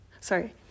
sorry